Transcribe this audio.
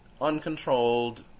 Uncontrolled